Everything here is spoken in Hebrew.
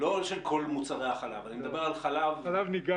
לא של כל מוצרי מוצרי חלב אני מדבר על חלב נוזלי.